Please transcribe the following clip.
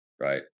Right